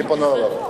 אני פונה אליו.